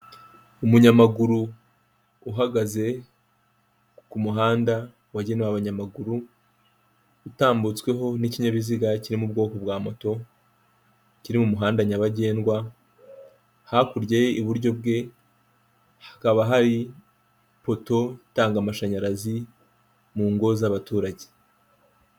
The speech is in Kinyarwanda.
Umunyamaguru uhagaze ku muhanda wagenewe abanyamaguru utambutsweho n'ikinyabiziga kiriri mu bwoko bwa moto kiri mu muhanda nyabagendwa, hakurya ye iburyo bwe hakaba hari poto itanga amashanyarazi mu ngo z'abaturage.